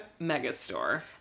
Megastore